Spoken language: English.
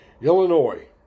Illinois